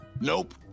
nope